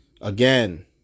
Again